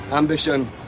Ambition